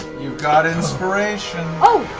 you've got inspiration oh,